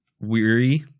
weary